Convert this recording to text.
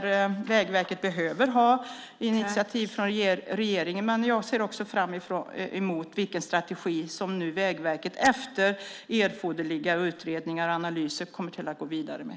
Vägverket behöver ett initiativ från regeringen. Jag ser också fram emot vilken strategi som Vägverket efter erforderliga utredningar och analyser kommer att gå vidare med.